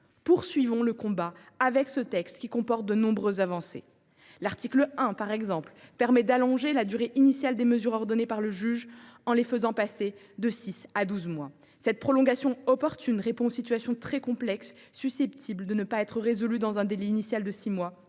Poursuivons donc le combat grâce à ce texte, qui comporte de nombreuses avancées. Ainsi, l’article 1 permet d’allonger la durée initiale des mesures ordonnées par le juge en la faisant passer de six à douze mois. Cette prolongation opportune répond aux situations très complexes, qui sont susceptibles de ne pas être résolues dans le délai initial de six mois,